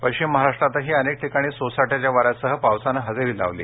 पश्चिम महाराष्ट्रातही अनेक ठिकाणी सोसाट्याच्या वाऱ्यासह पावसानं हजेरी लावली